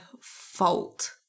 fault